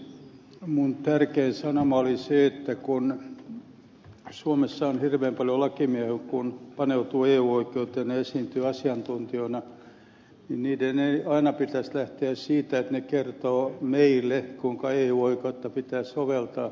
minun tärkein sanomani oli se että kun suomessa on paljon lakimiehiä jotka paneutuvat eu oikeuteen ja esiintyvät asiantuntijoina niin heidän ei aina pitäisi lähteä siitä että kertovat meille kuinka eu oikeutta pitää soveltaa